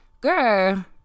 girl